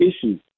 issues